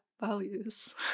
values